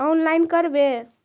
Online करवे?